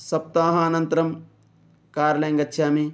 सप्ताहानन्तरं कार्यालयं गच्छामि